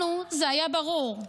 לנו זה היה ברור,